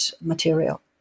material